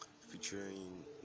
featuring